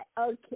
okay